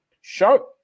show